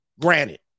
Granted